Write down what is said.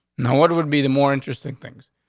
now, what would be the more interesting things?